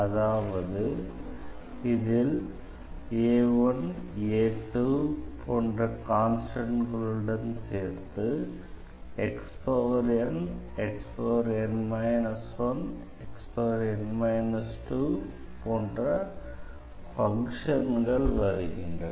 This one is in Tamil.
அதாவது இதில் போன்ற கான்ஸ்டண்ட்களுடன் சேர்த்து போன்ற ஃபங்ஷன்கள் வருகின்றன